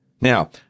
Now